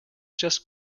just